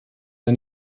der